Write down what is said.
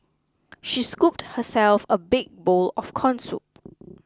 she scooped herself a big bowl of Corn Soup